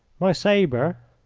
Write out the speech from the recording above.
my sabre.